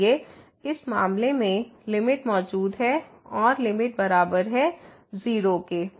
इसलिए इस मामले में लिमिट मौजूद है और लिमिट बराबर है 0 के